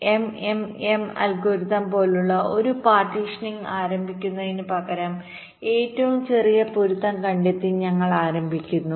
അതിനാൽ MMM algorithm പോലുള്ള ഒരു പാർട്ടീഷനിംഗ് ആരംഭിക്കുന്നതിന് പകരം ഏറ്റവും ചെറിയ പൊരുത്തം കണ്ടെത്തി ഞങ്ങൾ ആരംഭിക്കുന്നു